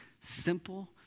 simple